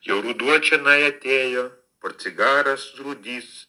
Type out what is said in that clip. jau ruduo čionai atėjo portsigaras surūdys